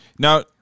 Now